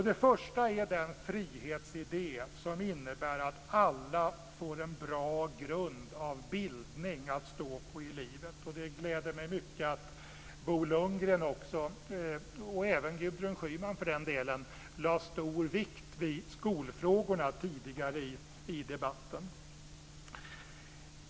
Det första är den frihetsidé som innebär att alla får en bra grund av bildning att stå på i livet. Det gläder mig mycket att också Bo Lundgren, och även Gudrun Schyman för den delen, lade stor vikt vid skolfrågorna tidigare i debatten.